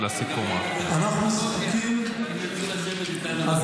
אם רוצים לשבת איתנו ולדבר איתנו, שישבו איתנו.